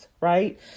Right